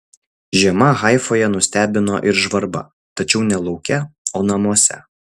žiema haifoje nustebino ir žvarba tačiau ne lauke o namuose